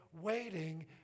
waiting